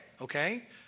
okay